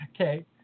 Okay